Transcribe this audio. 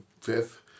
fifth